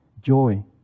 joy